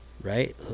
Right